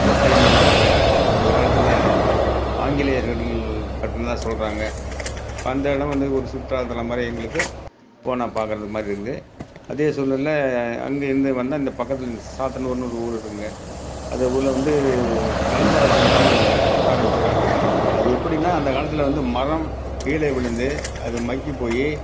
கோட்டைனு ஒன்று இருக்குது அது அந்த காலத்தில் ஆங்கிலேயர்கள் கட்டினதா சொல்கிறாங்க அந்த இடம் வந்து ஒரு சுற்றுலா தலம் மாதிரி எங்களுக்கு போனால் பார்க்குறது மாதிரி இருக்குது அதே சூழ்நிலைல அங்கே இந்த வந்தால் இந்த பக்கத்தில் இந்த சாத்தனூர்ன்னு ஒரு ஊர் இருக்குங்க அதை ஊரில் வந்து கல் மரப்பூங்கான்னு ஆரம்பிச்சிருக்காங்க அது எப்படின்னா அந்த காலத்தில் வந்து மரம் கீழே விழுந்து அது மக்கி போய்